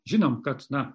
žinom kad na